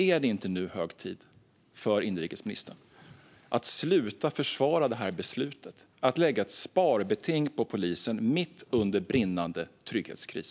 Är det inte hög tid för inrikesministern att sluta försvara beslutet att lägga ett sparbeting på polisen mitt under brinnande trygghetskris?